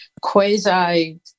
quasi